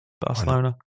Barcelona